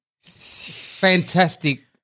fantastic